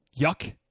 Yuck